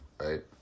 right